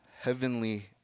Heavenly